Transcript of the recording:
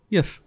Yes